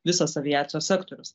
visas aviacijos sektorius